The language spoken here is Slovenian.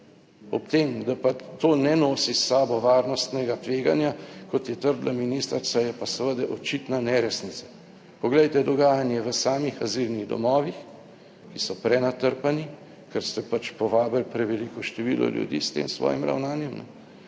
Ob tem, da pa to ne nosi s sabo varnostnega tveganja, kot je trdila ministrica, je pa seveda očitna neresnica. Poglejte dogajanje v samih azilnih domovih, ki so prenatrpani, ker ste pač povabili preveliko število ljudi s tem svojim ravnanjem in